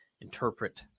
interpret